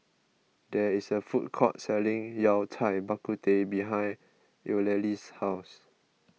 there is a food court selling Yao Cai Bak Kut Teh behind Eulalie's house